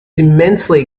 immensely